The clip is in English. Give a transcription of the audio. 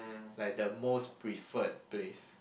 like the most preferred place